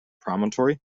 promontory